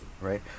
right